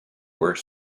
were